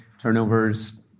Turnover's